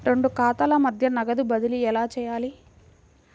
రెండు ఖాతాల మధ్య నగదు బదిలీ ఎలా చేయాలి?